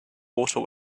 water